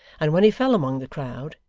and when he fell among the crowd,